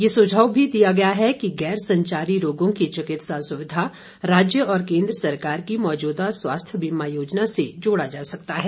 ये सुझाव भी दिया गया है कि गैर संचारी रोगों की चिकित्सा सुविधा राज्य और केन्द्र सरकार की मौजूदा स्वास्थ्य बीमा योजना से जोड़ा जा सकता है